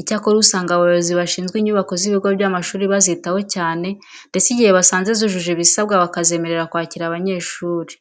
Icyakora usanga abayobozi bashinzwe inyubako z'ibigo by'amashuri bazitaho cyane ndetse igihe basanze zujuje ibisabwa bakazemerera kwakira abanyeshuri.